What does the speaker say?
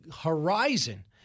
horizon